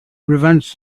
prevents